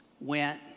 went